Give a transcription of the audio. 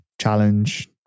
challenge